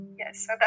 Yes